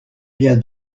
bien